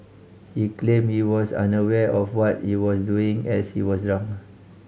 he claim he was unaware of what he was doing as he was drunk